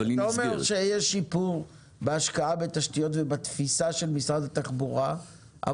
אבל --- אתה אומר שיש שיפור בהשקעה בתשתיות ובתפיסה של משרד התחבורה,